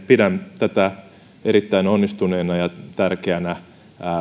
pidän tätä erittäin onnistuneena ja tärkeänä